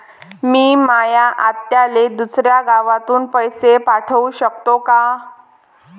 मी माया आत्याले दुसऱ्या गावातून पैसे पाठू शकतो का?